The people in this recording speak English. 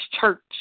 church